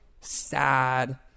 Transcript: sad